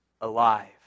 Alive